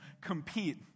compete